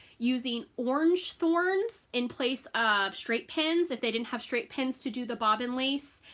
using orange thorns in place of straight pins if they didn't have straight pins to do the bobbin lace,